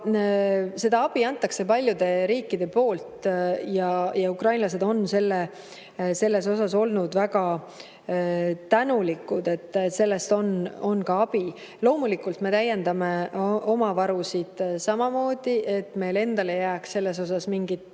Seda abi antakse paljude riikide poolt ja ukrainlased on selle eest olnud väga tänulikud, et sellest on ka abi. Loomulikult me täiendame oma varusid samamoodi, et meil endal ei jääks selles mingit